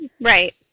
Right